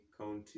county